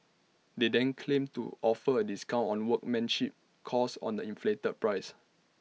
they then claim to offer A discount on workmanship cost on the inflated price